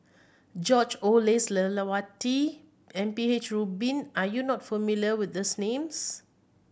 George Oehlers Lelawati M P H Rubin are you not familiar with these names